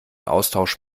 austausch